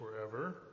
forever